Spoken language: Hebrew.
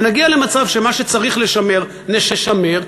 ונגיע למצב שמה שצריך לשמר נשמר,